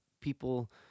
people